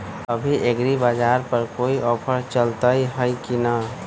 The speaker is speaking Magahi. अभी एग्रीबाजार पर कोई ऑफर चलतई हई की न?